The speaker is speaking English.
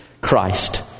Christ